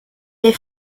des